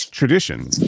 tradition